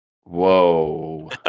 Whoa